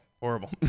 Horrible